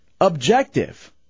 objective